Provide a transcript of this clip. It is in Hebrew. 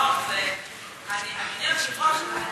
אדוני היושב-ראש.